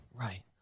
right